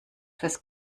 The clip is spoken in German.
fürs